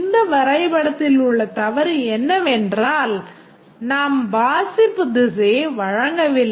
இந்த வரைபடத்தில் உள்ள தவறு என்னவென்றால் நாம் வாசிப்பு திசையை வழங்கவில்லை